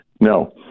No